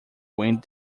wind